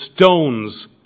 stones